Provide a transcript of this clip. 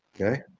Okay